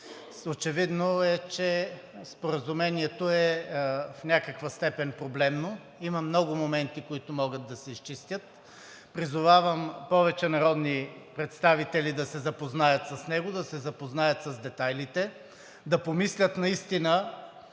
Очевидно е, че Споразумението е в някаква степен проблемно – има много моменти, които могат да се изчистят. Призовавам: повече народни представители да се запознаят с него; да се запознаят с детайлите; да помислят какви